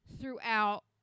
throughout